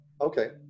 Okay